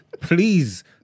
please